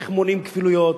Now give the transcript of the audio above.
איך מונעים כפילויות,